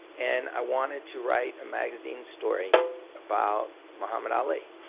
and i wanted to write a magazine story about mohammed ali.